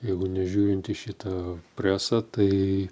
jeigu nežiūrint į šitą presą tai